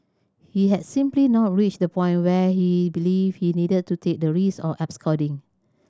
he had simply not reached the point where he believed he needed to take the risk of absconding